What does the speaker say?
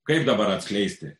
kaip dabar atskleisti